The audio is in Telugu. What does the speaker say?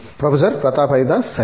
ప్రొఫెసర్ ప్రతాప్ హరిదాస్ సరే